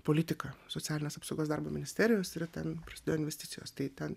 politika socialinės apsaugos darbo ministerijos ir ten prasidėjo investicijos tai ten